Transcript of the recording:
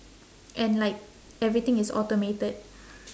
and like everything is automated